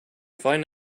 find